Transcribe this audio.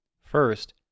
First